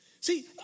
See